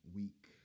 week